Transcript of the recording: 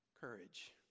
Courage